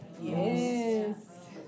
Yes